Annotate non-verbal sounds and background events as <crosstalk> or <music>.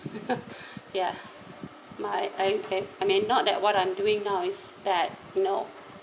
<laughs> ya my I I mean not that what I'm doing now is bad no